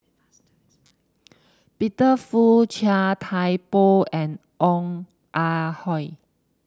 Peter Fu Chia Thye Poh and Ong Ah Hoi